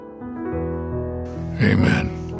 Amen